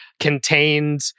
contained